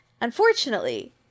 Unfortunately